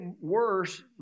worse